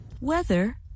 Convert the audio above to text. Weather